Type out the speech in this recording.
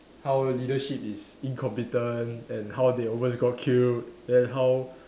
how leadership is incompetent then how they almost got killed then how